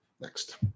Next